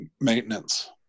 maintenance